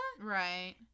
right